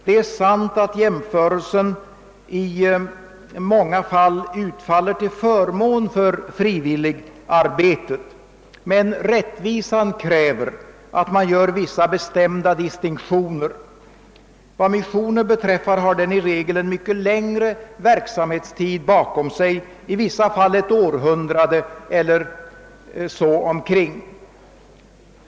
Det är sant att jämförelsen i många fall utfaller till förmån för frivilligarbetet, men rättvisan kräver att man gör vissa bestämda distinktioner. Vad missionen beträffar har denna i regel en mycket längre verksamhetstid bakom sig, i vissa fall ett århundrade eller däromkring.